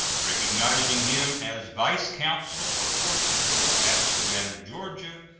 recognizing him as vice-consul of portugal at savannah, ga,